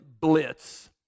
Blitz